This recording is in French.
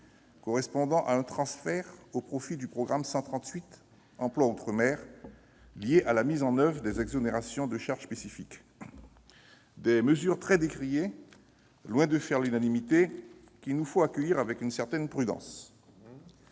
correspondent à un transfert au profit du programme 138, « Emploi outre-mer », lié à la mise en oeuvre des exonérations de charges spécifiques. Il s'agit de mesures très décriées, vraiment loin de faire l'unanimité, qu'il nous faut donc accueillir avec une certaine prudence.